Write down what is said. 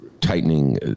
tightening